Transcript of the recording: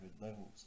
levels